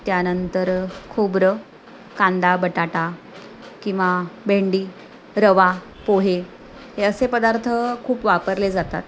त्यानंतर खोबरं कांदा बटाटा किंवा भेंडी रवा पोहे हे असे पदार्थ खूप वापरले जातात